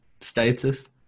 status